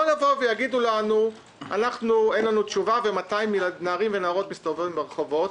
לא שיבואו ויגידו לנו שאין תשובה ל-200 נערים ונערות שמסתובבים ברחובות,